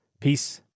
Peace